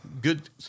good